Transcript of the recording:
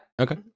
Okay